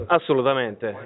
Assolutamente